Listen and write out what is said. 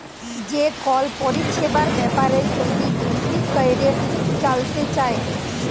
যে কল পরিছেবার ব্যাপারে যদি বেশি ক্যইরে জালতে চায়